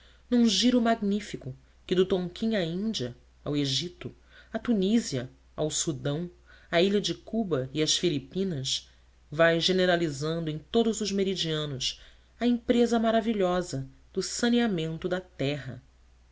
num giro magnífico que do tonquim à índia ao egito à tunísia ao sudão à ilha de cuba e às filipinas vai generalizando em todos os meridianos a empresa maravilhosa do saneamento da terra